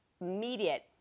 immediate